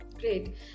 great